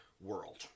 world